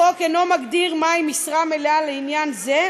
החוק אינו מגדיר מהי משרה מלאה לעניין זה,